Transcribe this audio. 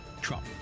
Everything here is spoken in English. trump